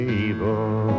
evil